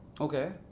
Okay